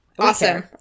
Awesome